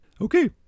Okay